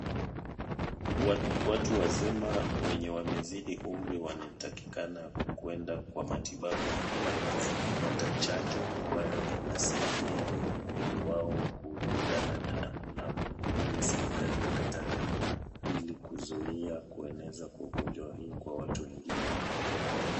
Watu wazima wenye wamezidi umri wanatakikana kuenda kwa matibabu kila mwezi kupata chanjo ambayo inasaidia mwili wao kulingana na vile serikali inataka ili kuzuia kueneza kwa ugonjwa hii kwa watu wengine.